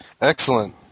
Excellent